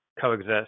coexist